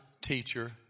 teacher